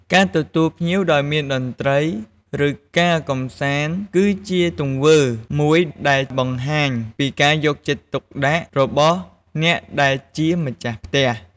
ការទទួលភ្ញៀវដោយមានតន្ត្រី ឬ ការកំសាន្តគឺជាទង្វើមួយដែលបង្ហាញពីការយកចិត្តទុកដាក់របស់អ្នកដែលជាម្ចាស់ផ្ទះ។